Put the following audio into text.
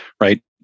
right